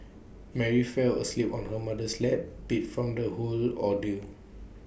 Mary fell asleep on her mother's lap beat from the whole ordeal